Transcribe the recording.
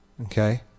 okay